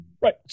Right